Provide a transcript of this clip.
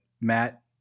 Matt